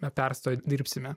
be persto dirbsime